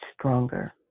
stronger